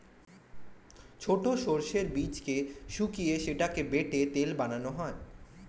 ছোট সর্ষের বীজকে শুকিয়ে সেটাকে বেটে তেল বানানো হয়